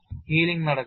healing നടക്കുന്നു